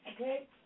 Okay